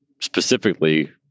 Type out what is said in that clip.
specifically